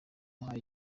bahaye